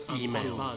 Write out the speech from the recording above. emails